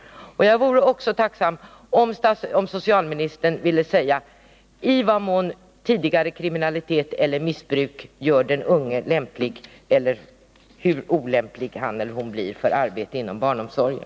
l Jag vore också tacksam om socialministern ville säga i vad mån tidigare kriminalitet eller missbruk spelar in vid avgörandet av hur lämplig eller hur olämplig han eller hon är för arbete inom barnomsorgen.